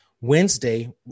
Wednesday